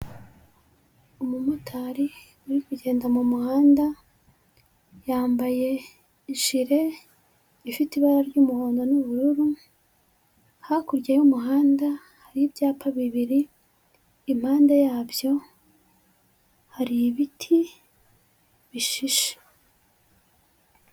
Umumotari uri kugenda mu muhanda yambaye ijire ifite ibara ry'umuhondo n'ubururu, hakurya y'umuhanda hari ibyapa bibiri, impande yabyo hari ibiti bishishe.